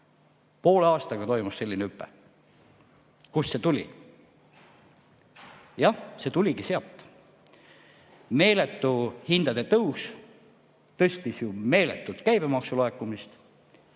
Poole aastaga toimus selline hüpe. Kust see tuli? Jah, see tuligi sealt. Meeletu hindade tõus tõstis meeletult käibemaksu laekumist